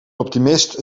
optimist